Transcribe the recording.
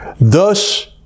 Thus